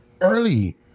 Early